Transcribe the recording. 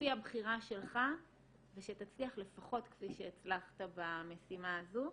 לפי הבחירה שלך ושתצליח לפחות כפי שהצלחת במשימה הזו.